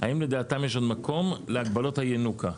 האם לדעתם יש עוד מקום להגבלות הינוקא?